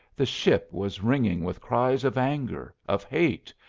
the ship was ringing with cries of anger, of hate,